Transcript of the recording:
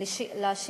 לתוכן שלהם,